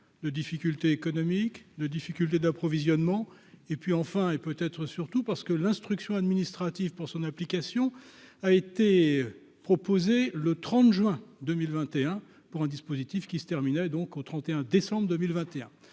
de difficultés économiques, de difficultés d'approvisionnement et puis enfin et peut-être surtout parce que l'instruction administrative pour son application, a été proposé, le 30 juin 2021 pour un dispositif qui se terminait donc au 31 décembre 2021